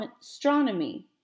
astronomy